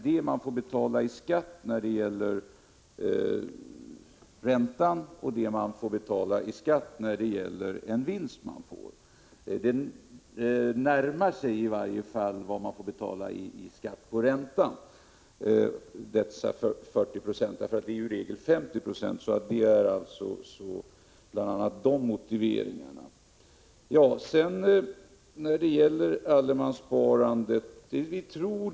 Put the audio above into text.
Det man får betala i skatt på vinst, alltså 40 26 av vinsten, närmar sig i alla fall det man får betala i skatt på räntan. Det är i regel 50 20. Det är alltså bl.a. sådana motiveringar till ändringen.